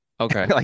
Okay